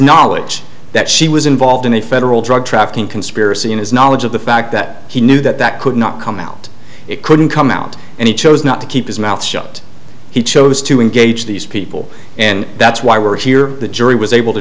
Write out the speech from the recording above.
knowledge that she was involved in a federal drug trafficking conspiracy in his knowledge of the fact that he knew that that could not come out it couldn't come out and he chose not to keep his mouth shut he chose to engage these people and that's why we're here the jury was able to